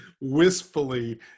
wistfully